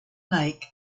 lake